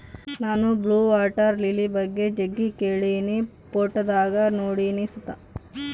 ನಾನು blue water lily ಬಗ್ಗೆ ಜಗ್ಗಿ ಕೇಳಿನಿ, ಫೋಟೋದಾಗ ನೋಡಿನಿ ಸುತ